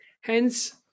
hence